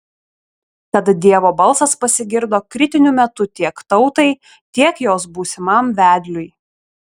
tad dievo balsas pasigirdo kritiniu metu tiek tautai tiek jos būsimam vedliui